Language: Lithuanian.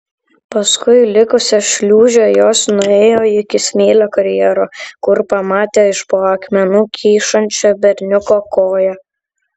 paskui likusią šliūžę jos nuėjo iki smėlio karjero kur pamatė iš po akmenų kyšančią berniuko koją